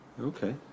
okay